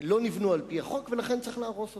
לא נבנו על-פי החוק, ולכן צריך להרוס אותם.